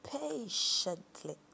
patiently